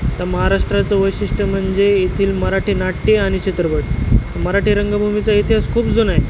या महाराष्ट्राचं वैशिष्ट्य म्हणजे येथील मराठी नाट्य आणि चित्रपट मराठी रंगभूमीचा इतिहास खूप जुना आहे